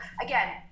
again